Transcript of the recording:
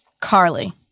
Carly